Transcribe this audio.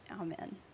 Amen